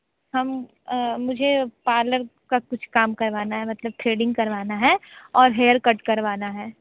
हम मुझे पार्लर का कुछ काम करवाना है मतलब थ्रेडिंग करवाना है और हेयर कट करवाना है